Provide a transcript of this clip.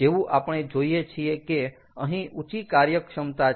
જેવું આપણે જોઈએ છીએ કે અહીં ઊંચી કાર્યક્ષમતા છે